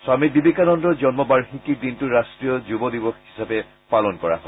স্বামী বিবেকানন্দৰ জন্ম বাৰ্ষিকীৰ দিনটো ৰাষ্ট্ৰীয় যুৱ দিৱস হিচাপে পালন কৰা হয়